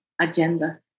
agenda